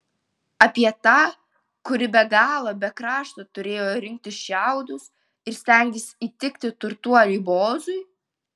apie tą kuri be galo be krašto turėjo rinkti šiaudus ir stengtis įtikti turtuoliui boozui